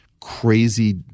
crazy